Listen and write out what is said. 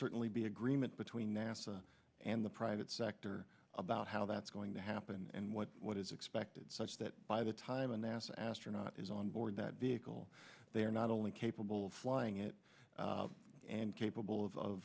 certainly be agreement between nasa and the private sector about how that's going to happen and what what is expected such that by the time a nasa astronaut is on board that vehicle they are not only capable of flying it and capable of